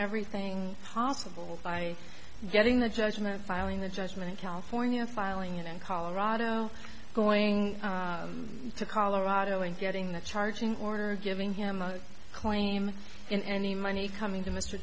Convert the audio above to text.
everything possible by getting the judgment of filing the judgment in california filing it in colorado going to colorado and getting the charging order giving him a claim in any money coming